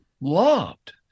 loved